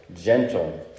gentle